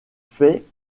fait